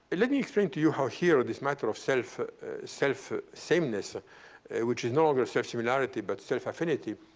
let me explain to you how here this matter of self-sameness self-sameness ah which is no longer self-similarity, but self-affinity,